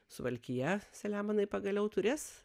suvalkija selemonai pagaliau turės